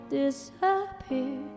disappear